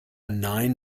nine